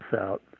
out